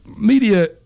media